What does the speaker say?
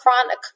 chronic